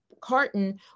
carton